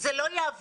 זה לא יעבור.